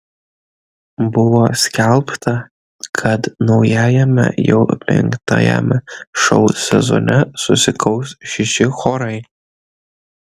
buvo skelbta kad naujajame jau penktajame šou sezone susikaus šeši chorai